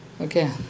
Okay